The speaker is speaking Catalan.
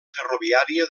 ferroviària